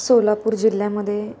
सोलापूर जिल्ह्यामध्ये